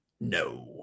No